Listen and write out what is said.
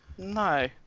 No